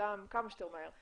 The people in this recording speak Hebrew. תושלם כמה שיותר מהר.